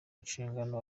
nshingano